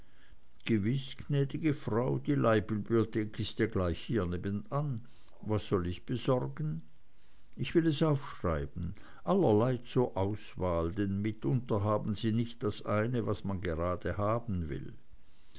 gewiß gnäd'ge frau die leihbibliothek ist ja gleich hier nebenan was soll ich besorgen ich will es aufschreiben allerlei zur auswahl denn mitunter haben sie nicht das eine was man grade haben will